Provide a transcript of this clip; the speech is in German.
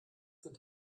sind